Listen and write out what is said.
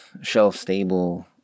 shelf-stable